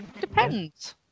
depends